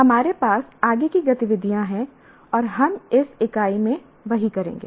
हमारे पास आगे की गतिविधियां हैं और हम इस इकाई में वही करेंगे